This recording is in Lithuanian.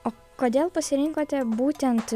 o kodėl pasirinkote būtent